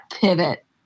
pivot